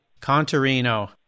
Contarino